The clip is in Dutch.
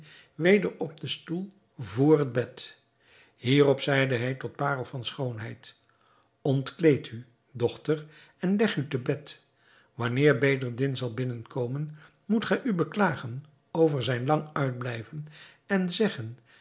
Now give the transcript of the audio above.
weder op den stoel vr het bed hierop zeide hij tot parel van schoonheid ontkleed u dochter en leg u te bed wanneer bedreddin zal binnenkomen moet gij u beklagen over zijn lang uitblijven en zeggen